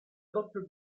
doppio